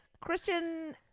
Christian